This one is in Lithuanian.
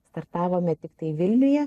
startavome tiktai vilniuje